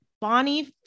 Bonnie